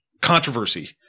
controversy